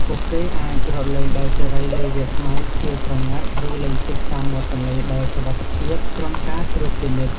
ពួកគេអាចរត់លេងដោយសេរីលើវាលស្មៅខៀវស្រងាត់ ឬលេងទឹកតាមមាត់ទន្លេដោយសុវត្ថិភាពក្រោមការត្រួតពិនិត្យ។